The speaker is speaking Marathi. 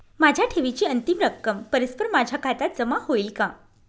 माझ्या ठेवीची अंतिम रक्कम परस्पर माझ्या खात्यात जमा होईल का?